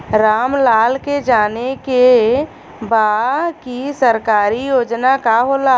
राम लाल के जाने के बा की सरकारी योजना का होला?